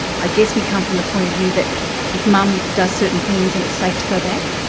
i guess we come from the point of view that if mum does certain things, and it's safe to go back,